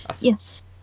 yes